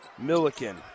Milliken